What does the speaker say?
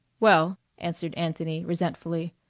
well, answered anthony resentfully,